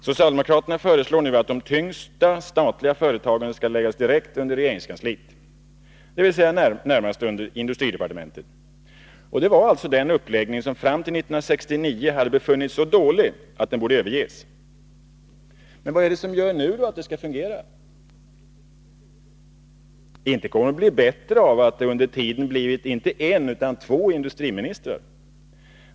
Socialdemokraterna föreslår nu att de tyngsta statliga företagen skall läggas direkt under regeringskansliet, dvs. närmast under industridepartementet. Det var ju den uppläggningen som man under åren fram till 1969 hade funnit så pass dålig att den borde överges. Vad är det då som gör att den nu skall fungera? Inte kommer det att bli bättre av att det under tiden blivit inte en utan två industriministrar.